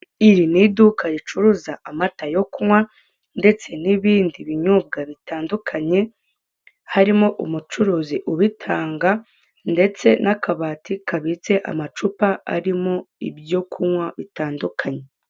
Iri ni iduka ricuruza amata yo kunywa , ndetse n'ibindi binyobwa bitandukanye, harimo umucuruzi ubitanga ndetse n'akabati kabitse amacupa arimo ibyo kunywa bitandukanye.